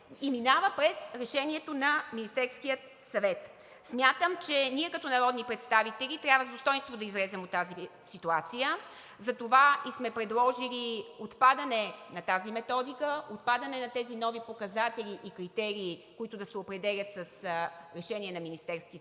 и минава през решението на Министерския съвет. Смятам, че ние като народни представители трябва с достойнство да излезем от тази ситуация. Затова и сме предложили отпадане на тази методика, отпадане на тези нови показатели и критерии, които да се определят с решение на Министерския съвет.